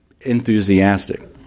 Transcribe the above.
enthusiastic